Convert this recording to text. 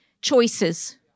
choices